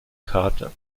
karte